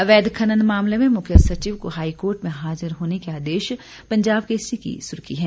अवैध खनन मामले में मुख्य सचिव को हाईकोर्ट में हाजिर होने के आदेश पंजाब केसरी की सुर्खी है